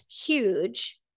huge